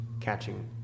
catching